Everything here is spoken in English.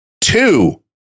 two